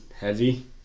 heavy